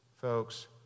folks